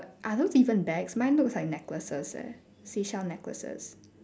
are those even bags mine looks like necklaces eh seashell necklaces